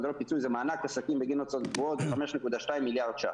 המענק 5.2 מיליארד שקל,